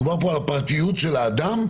מדובר פה בפרטיות של האדם.